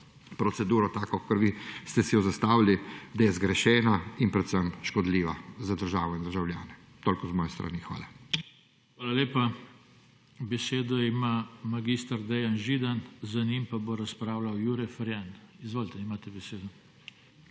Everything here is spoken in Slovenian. proceduro tako kakor vi ste si jo zastavili, da je zgrešena in predvsem škodljiva za državo in državljane. Toliko iz moje strani, hvala. **PODPREDSEDNIK JOŽE TANKO:** Hvala lepa. Besedo ima mag. Dejan Židan, za njim pa bo razpravljal Jure Ferjan. Izvolite, imate besedo.